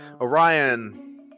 Orion